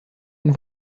und